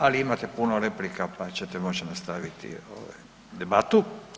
Ali imate puno replika, pa ćete moći nastaviti debatu.